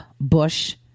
Bush